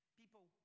people